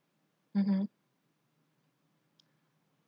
mmhmm